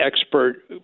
expert